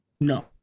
No